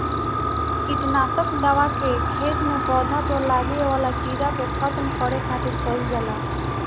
किट नासक दवा के खेत में पौधा पर लागे वाला कीड़ा के खत्म करे खातिर कईल जाला